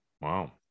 Wow